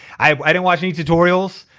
i i didn't watch any tutorials.